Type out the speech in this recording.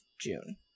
june